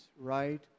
right